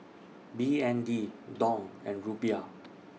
B N D Dong and Rupiah